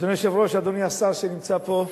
אדוני היושב-ראש, אדוני השר שנמצא פה,